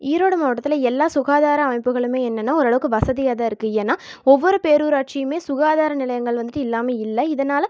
ஈரோடு மாவட்டத்தில் எல்லா சுகாதார அமைப்புகளுமே என்னென்னால் ஓரளவுக்கு வசதியாக தான் இருக்குது ஏன்னால் ஒவ்வொரு பேரூராட்சியுமே சுகாதார நிலையங்கள் வந்துட்டு இல்லாமல் இல்லை இதனால்